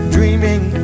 Dreaming